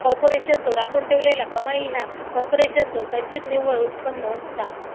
कॉर्पोरेशनचो राखून ठेवलेला कमाई ह्या कॉर्पोरेशनचो संचित निव्वळ उत्पन्न असता